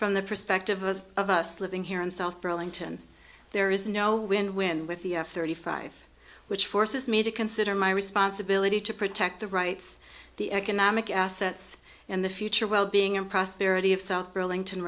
from the perspective of of us living here in south burlington there is no wind wind with the f thirty five which forces me to consider my responsibility to protect the rights the economic assets and the future wellbeing and prosperity of south burlington